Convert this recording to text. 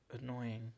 annoying